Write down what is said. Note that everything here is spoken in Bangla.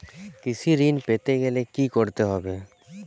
কৃষি ঋণ পেতে গেলে কি করতে হবে?